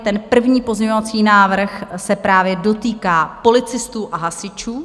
Ten první pozměňovací návrh se právě dotýká policistů a hasičů.